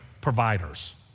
providers